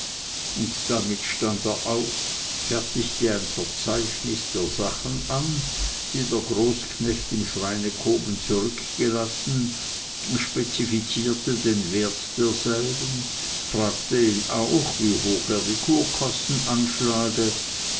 und damit stand er auf fertigte ein verzeichnis der sachen an die der großknecht im schweinekoben zurückgelassen spezifizierte den wert derselben fragte ihn auch wie hoch er die kurkosten anschlage